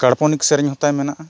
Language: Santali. ᱠᱟᱞᱯᱚᱱᱤᱠ ᱥᱮᱨᱮᱧ ᱦᱚᱛᱟᱭ ᱢᱮᱱᱟᱜᱼᱟ